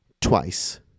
twice